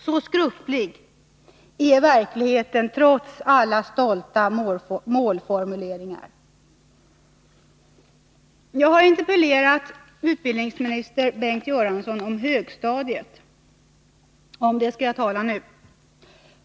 Så skröplig är verkligheten, trots alla stolta målformuleringar. Jag har interpellerat utbildningsminister Bengt Göransson om högstadiet, och om detta skall jag nu tala.